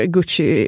Gucci